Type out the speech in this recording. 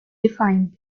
defined